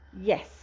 Yes